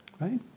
Right